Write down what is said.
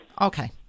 Okay